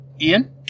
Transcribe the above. Ian